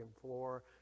floor